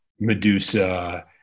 Medusa